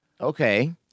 Okay